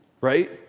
right